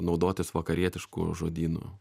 naudotis vakarietišku žodynu